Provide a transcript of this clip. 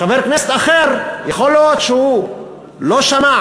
חבר כנסת אחר, יכול להיות שהוא לא שמע